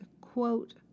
quote